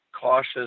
cautious